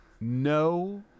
No